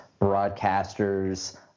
broadcasters